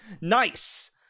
nice